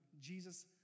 Jesus